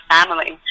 family